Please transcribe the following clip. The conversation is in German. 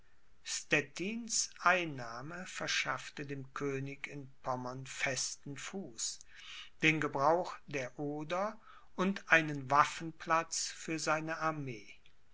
einnahme verschaffte dem könig in pommern festen fuß den gebrauch der oder und einen waffenplatz für seine armee